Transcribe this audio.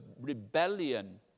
rebellion